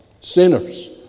sinners